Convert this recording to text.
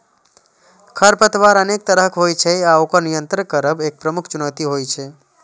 खरपतवार अनेक तरहक होइ छै आ ओकर नियंत्रित करब एक प्रमुख चुनौती होइ छै